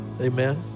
Amen